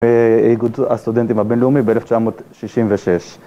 אה... איגוד הסטודנטים הבינלאומי ב-1966